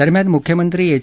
दरम्यान मुख्यमंत्री एच